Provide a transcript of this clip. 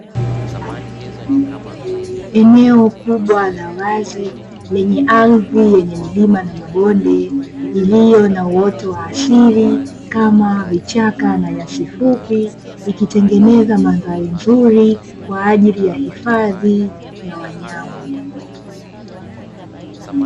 Eneo kubwa la wazi lenye ardhi yenye milima na mabonde iliyo na uoto wa asili kama vichaka na nyasi fupi, ikitengeneza mandhari nzuri kwa ajili ya hifadhi ya wanyama.